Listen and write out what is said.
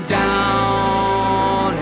down